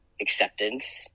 acceptance